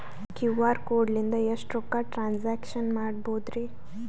QR code ಲಿಂದ ಎಷ್ಟ ರೊಕ್ಕ ಟ್ರಾನ್ಸ್ಯಾಕ್ಷನ ಮಾಡ್ಬೋದ್ರಿ?